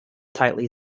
tightly